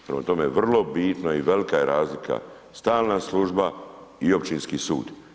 Prema tome vrlo bitno i velika je razlika stalna služba i općinski sud.